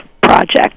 project